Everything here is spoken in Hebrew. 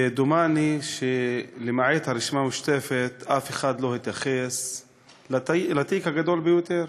ודומני שלמעט הרשימה המשותפת אף אחד לא התייחס לתיק הגדול ביותר,